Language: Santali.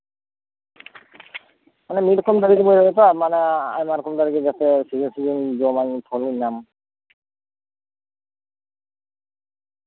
ᱟᱫᱚ ᱢᱤᱫ ᱨᱚᱠᱚᱢ ᱫᱟᱨᱮ ᱫᱚ ᱵᱟᱹᱧ ᱨᱚᱦᱚᱭ ᱫᱟᱛᱚ ᱟᱭᱢᱟ ᱨᱚᱠᱚᱢ ᱫᱟᱨᱮ ᱨᱚᱦᱚᱭᱟᱹᱧ ᱡᱟᱛᱮ ᱟᱭᱢᱟ ᱨᱚᱠᱚᱢ ᱡᱚ ᱥᱤᱵᱤᱞᱼᱥᱤᱵᱤᱞ ᱡᱚᱢᱟᱹᱧ ᱯᱷᱚᱞᱤᱧ ᱧᱟᱢ